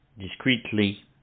discreetly